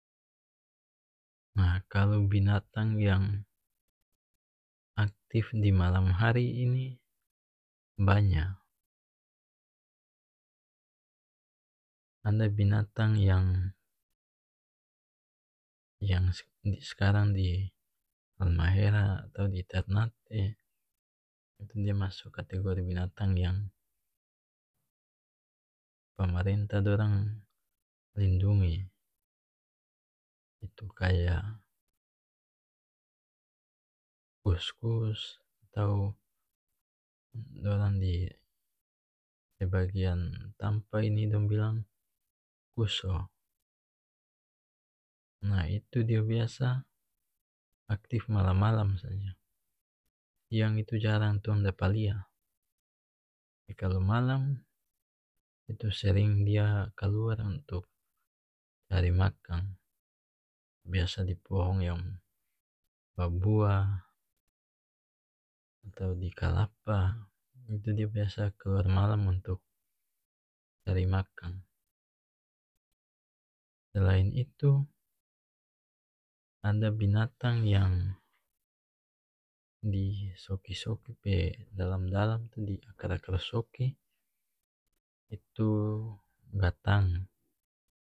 Ah kalu binatang yang aktif dimalam hari ini banya ada binatang yang yang skarang di halmahera atau di ternate itu dia maso kategori binatang yang pamarentah dorang lindungi itu kaya kus-kus atau dorang di sebagian tampa ini dong bilang kuso nah itu dia biasa aktif malam-malam saja yang itu jarang tong dapalia tapi kalu malam itu sering dia kaluar untuk cari makang biasa dipohong yang babuah atau di kalapa itu biasa dia kaluar malam untuk cari makang selain itu ada binatang yang di soki-soki pe dalam-dalam itu di akar-akar soki itu gatang.